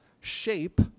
shape